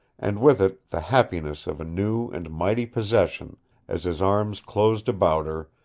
and with it the happiness of a new and mighty possession as his arms closed about her,